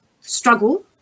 struggle